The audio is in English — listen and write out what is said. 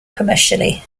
commercially